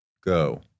go